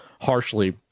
harshly